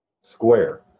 square